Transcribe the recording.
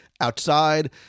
outside